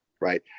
right